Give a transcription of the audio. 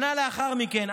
שנה לאחר מכן,